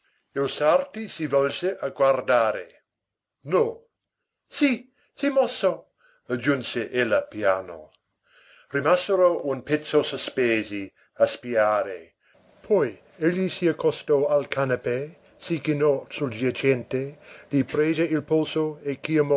il sarti si volse a guardare no sì s'è mosso aggiunse ella piano rimasero un pezzo sospesi a spiare poi egli si accostò al canapè si chinò sul giacente gli prese il polso